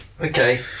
Okay